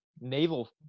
naval